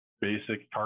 basic